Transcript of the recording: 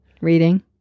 Reading